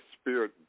Spirit